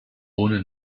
ohne